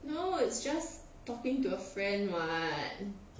no is just talking to a friend [what]